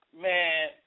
Man